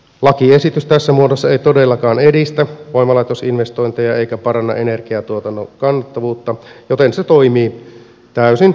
lakiesitys tässä muodossa ei todellakaan edistä voimalaitosinvestointeja eikä paranna energiantuotannon kannattavuutta joten se toimii täysin suunnitellulla tavalla